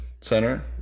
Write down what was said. center